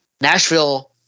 Nashville –